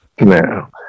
Now